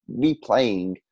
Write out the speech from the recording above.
replaying